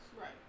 right